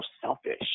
selfish